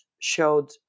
showed